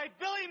Billy